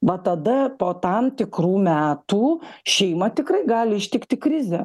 va tada po tam tikrų metų šeimą tikrai gali ištikti krizė